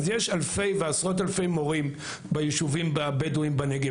אז יש אלפי ועשרות אלפי מורים ביישובים הבדואים בנגב,